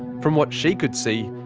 from what she could see,